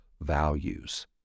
values